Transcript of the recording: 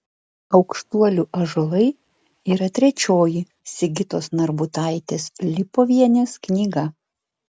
aukštuolių ąžuolai yra trečioji sigitos narbutaitės lipovienės knyga